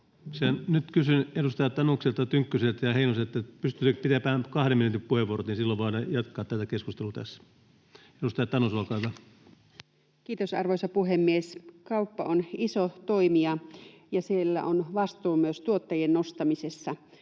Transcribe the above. Nyt kysyn edustaja Tanukselta, Tynkkyseltä ja Heinoselta, pystyttekö pitämään kahden minuutin puheenvuorot, niin silloin voin jatkaa tätä keskustelua tässä. — Edustaja Tanus, olkaa hyvä. Kiitos, arvoisa puhemies! Kauppa on iso toimija, ja siellä on vastuu myös tuottajien ostamisessa.